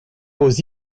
aux